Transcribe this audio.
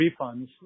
refunds